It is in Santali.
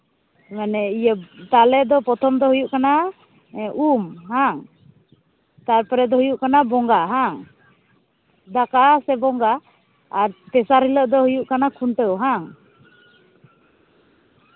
ᱢᱟᱱᱮ ᱤᱭᱟᱹ ᱛᱟᱦᱞᱮ ᱫᱚ ᱯᱨᱚᱛᱷᱚᱢ ᱫᱚ ᱦᱩᱭᱩᱜ ᱠᱟᱱᱟ ᱩᱢ ᱵᱟᱝ ᱛᱟᱨᱯᱚᱨᱮ ᱫᱚ ᱦᱩᱭᱩᱜ ᱠᱟᱱᱟ ᱵᱚᱸᱜᱟ ᱵᱟᱝ ᱫᱟᱠᱟ ᱥᱮ ᱵᱚᱸᱜᱟ ᱟᱨ ᱛᱮᱥᱟᱨ ᱦᱤᱞᱟᱹᱜ ᱫᱚ ᱦᱩᱭᱩᱜ ᱠᱟᱱᱟ ᱠᱷᱩᱱᱴᱟᱹᱣ ᱵᱟᱝ